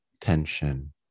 tension